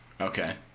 Okay